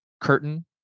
curtain